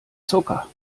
zucker